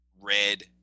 Red